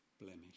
blemish